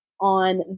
on